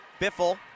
Biffle